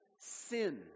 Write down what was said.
sin